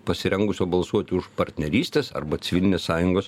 pasirengusio balsuoti už partnerystės arba civilinės sąjungos